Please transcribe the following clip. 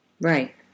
Right